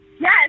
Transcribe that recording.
Yes